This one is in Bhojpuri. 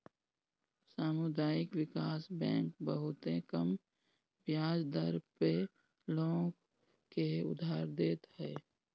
सामुदायिक विकास बैंक बहुते कम बियाज दर पअ लोग के उधार देत हअ